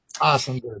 Awesome